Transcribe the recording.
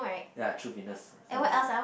ya True Fitness heard of it